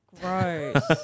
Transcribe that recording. Gross